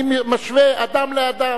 אני משווה אדם לאדם.